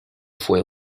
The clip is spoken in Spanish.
fue